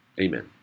Amen